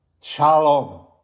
Shalom